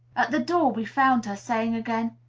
at the door we found her, saying again,